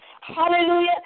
Hallelujah